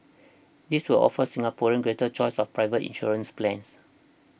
this will offer Singaporeans greater choice of private insurance plans